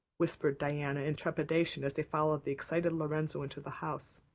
whispered diana in trepidation as they followed the excited lorenzo into the house.